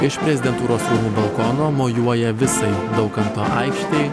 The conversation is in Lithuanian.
iš prezidentūros balkono mojuoja visai daukanto aikštei